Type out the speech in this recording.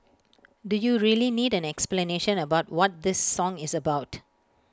do you really need an explanation about what this song is about